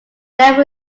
never